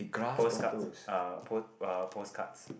postcards uh uh postcards